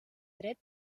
dret